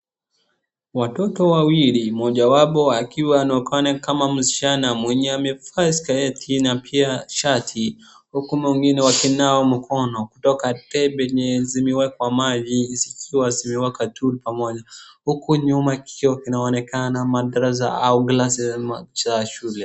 Watoto wawilki mojawapo akiwa anaonekana kama msichana mwenye amevaa sketi na pia shati huku mwingine wakinawa mkono kutoka penye zimewekwa maji zikiwa zimewekwa tu pamoja. Huku nyuma kioo kinaonekana na madarasa au glasi za madarsa ya shule.